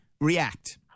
react